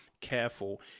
careful